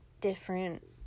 different